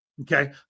Okay